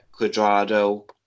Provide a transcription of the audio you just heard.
Quadrado